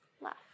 left